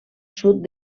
sud